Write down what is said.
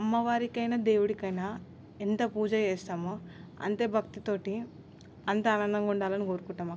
అమ్మవారి కైనా దేవుడికైనా ఎంత పూజ చేస్తామో అంతే భక్తి తోటి అంతే ఆనందంగా ఉండాలని కోరుకుంటాం అక్కడ